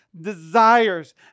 desires